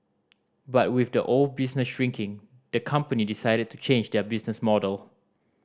but with the old business shrinking the company decided to change their business model